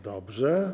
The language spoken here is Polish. Dobrze.